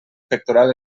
pectoral